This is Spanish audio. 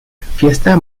fiesta